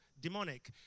Demonic